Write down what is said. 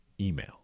email